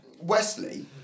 Wesley